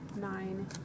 nine